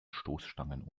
stoßstangen